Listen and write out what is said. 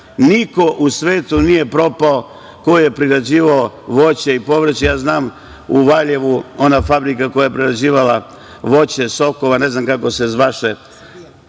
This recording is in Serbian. Niko u svetu nije propao ko je prerađivao voće i povrće. Znam u Valjevu fabriku koja je prerađivala voće, sokove, ne znam kako se zvaše,